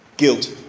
guilt